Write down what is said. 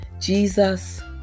Jesus